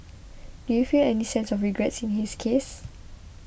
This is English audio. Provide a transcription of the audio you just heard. do you feel any sense of regret in his case